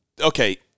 Okay